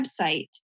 website